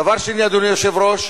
דבר שני, אדוני היושב-ראש,